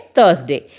Thursday